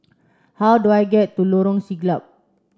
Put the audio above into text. how do I get to Lorong Siglap